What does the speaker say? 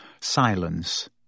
Silence